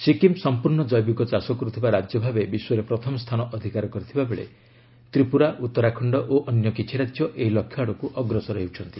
ସିକ୍କିମ୍ ସଂପୂର୍ଣ୍ଣ କ୍ଜେବିକ ଚାଷ କରୁଥିବା ରାଜ୍ୟ ଭାବେ ବିଶ୍ୱରେ ପ୍ରଥମ ସ୍ଥାନ ଅଧିକାର କରିଥିବା ବେଳେ ତ୍ରିପୁରା ଉତ୍ତରାଖଣ୍ଡ ଓ ଅନ୍ୟ କିଛି ରାଜ୍ୟ ଏହି ଲକ୍ଷ୍ୟ ଆଡ଼କୁ ଅଗ୍ରସର ହେଉଛନ୍ତି